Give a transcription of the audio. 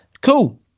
Cool